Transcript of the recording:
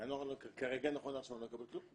בינואר, כרגע, נכון לעכשיו, אני לא אקבל כלום.